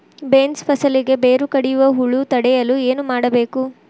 Beans ಫಸಲಿಗೆ ಬೇರು ಕಡಿಯುವ ಹುಳು ತಡೆಯಲು ಏನು ಮಾಡಬೇಕು?